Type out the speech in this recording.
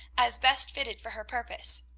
as best fitted for her purpose.